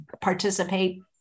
participate